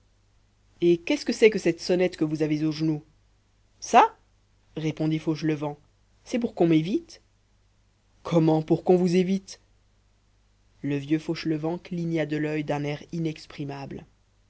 et qu'est-ce que c'est que cette sonnette que vous avez au genou ça répondit fauchelevent c'est pour qu'on m'évite comment pour qu'on vous évite le vieux fauchelevent cligna de l'oeil d'un air